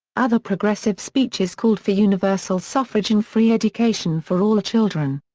other progressive speeches called for universal suffrage and free education for all children.